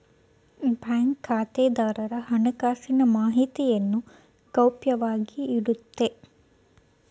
bank ಖಾತೆದಾರರ ಹಣಕಾಸಿನ ಮಾಹಿತಿಯನ್ನು ಗೌಪ್ಯವಾಗಿ ಇಡುತ್ತೆ